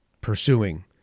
pursuing